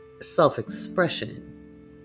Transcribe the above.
self-expression